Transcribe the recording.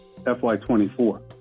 FY24